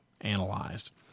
analyzed